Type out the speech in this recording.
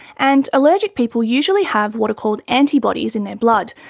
and allergic people usually have what are called antibodies in their blood,